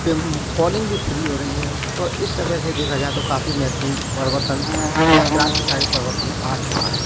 पेम calling भी free हो रहीं हैं तो इस तरह से देखा जाए तो काफ़ी महत्वपूर्ण परिवर्तन या क्रांतिकारी परिवर्तन आ चुका है